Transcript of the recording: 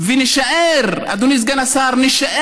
מי אמר